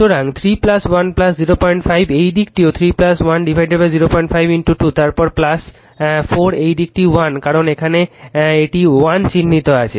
সুতরাং 3 1 05 এই দিকটিও 3 1 05 2 তারপর 4 এই দিকটি 1 কারণ এখানে এটি 1 চিহ্নত আছে